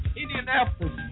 Indianapolis